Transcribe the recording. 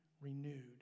renewed